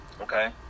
Okay